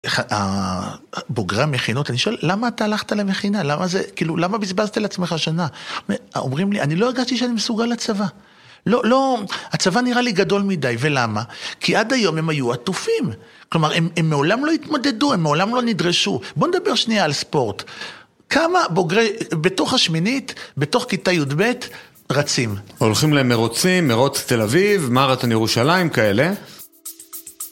בוגרי המכינות, אני שואל למה אתה הלכת למכינה, למה זה, כאילו, למה בזבזת לעצמך שנה? אומרים לי, אני לא הרגשתי שאני מסוגל לצבא. לא, לא, הצבא נראה לי גדול מדי, ולמה? כי עד היום הם היו עטופים. כלומר, הם מעולם לא התמודדו, הם מעולם לא נדרשו. בוא נדבר שנייה על ספורט. כמה בוגרי, בתוך השמינית, בתוך כיתה י"ב, רצים? הולכים למרוצים, מרוץ תל אביב, מרתון ירושלים, כאלה.